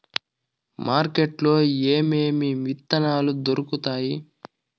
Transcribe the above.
market లో ఏమేమి విత్తనాలు దొరుకుతాయి